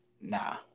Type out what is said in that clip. Nah